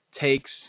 takes